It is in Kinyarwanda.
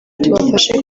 tubafashe